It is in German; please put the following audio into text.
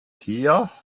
hier